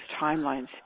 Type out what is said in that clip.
timelines